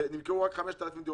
ונמכרו רק 5,000 דירות,